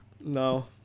No